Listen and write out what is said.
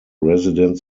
residents